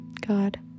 God